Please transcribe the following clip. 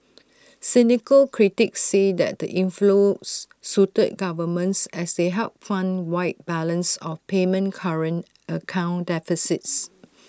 cynical critics say that the inflows suited governments as they helped fund wide balance of payment current account deficits